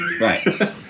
Right